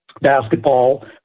Basketball